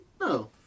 no